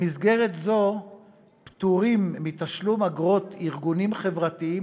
במסגרת זו פטורים מתשלום אגרות ארגונים חברתיים